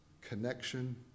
connection